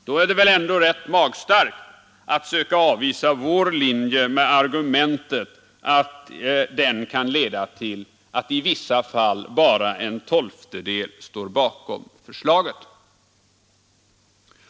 Då är det väl ändå rätt magstarkt att söka avvisa vår linje med argumentet att det kan leda till att i vissa fall bara en tolftedel står bakom förslaget.